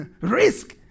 risk